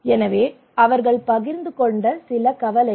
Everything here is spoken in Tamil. எனவே இவை அவர்கள் பகிர்ந்து கொண்ட சில கவலைகள்